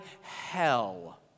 hell